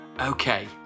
Okay